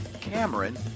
Cameron